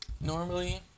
normally